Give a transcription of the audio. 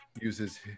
uses